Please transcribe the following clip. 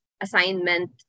assignment